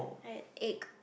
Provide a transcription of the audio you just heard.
I had egg